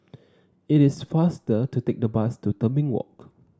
it is faster to take the bus to Tebing Walk